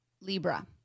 Libra